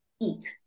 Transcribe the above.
eat